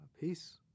peace